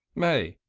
may!